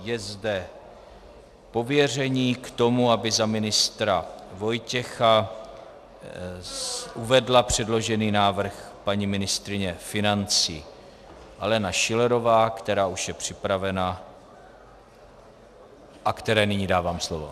Je zde pověření k tomu, aby za ministra Vojtěcha uvedla předložený návrh paní ministryně financí Alena Schillerová, která už je připravena a které nyní dávám slovo.